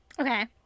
Okay